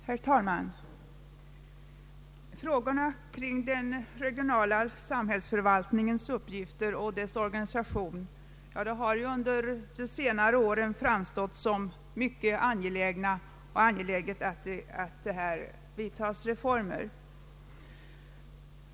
Herr talman! Frågorna kring den regionala samhällsförvaltningens uppgifter och organisation har under senare år framstått som mycket angelägna, och det är uppenbart att de kräver reformer.